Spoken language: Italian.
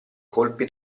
colpi